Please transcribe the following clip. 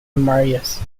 marius